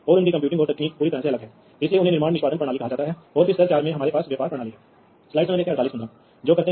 तो ये दो तरीके हैं जिनसे आप फील्डबस पर डिवाइस कनेक्ट कर सकते हैं